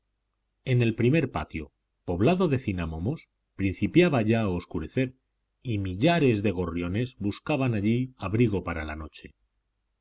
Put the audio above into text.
en el primer patio poblado de cinamomos principiaba ya a oscurecer y millares de gorriones buscaban allí abrigo para la noche